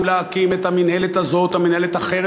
להקים את המינהלת הזאת או מינהלת אחרת,